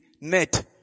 net